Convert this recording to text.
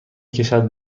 کشد